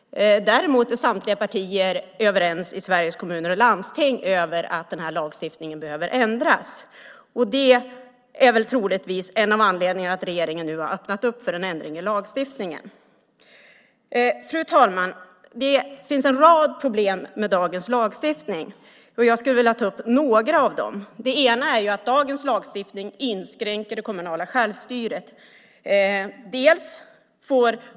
Däremot är samtliga partier överens i Sveriges Kommuner och Landsting om att den här lagstiftningen behöver ändras. Det är troligtvis en av anledningarna till att regeringen nu har öppnat för en ändring i lagstiftningen. Fru talman! Det finns en rad problem med dagens lagstiftning. Jag skulle vilja ta upp några av dem. Dagens lagstiftning inskränker det kommunala självstyret.